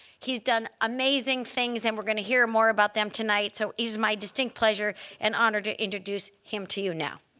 he's done amazing things, and we're going to hear more about them tonight. so it is my distinct pleasure and honor to introduce him to you now.